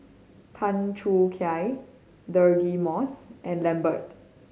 Tan Choo Kai Deirdre Moss and Lambert